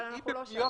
אבל אנחנו לא שם.